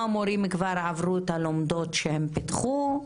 מורים כבר עברו את הלומדות שהם פיתחו,